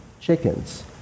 chickens